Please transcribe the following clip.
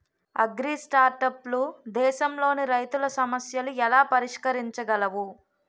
అగ్రిస్టార్టప్లు దేశంలోని రైతుల సమస్యలను ఎలా పరిష్కరించగలవు?